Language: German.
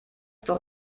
doch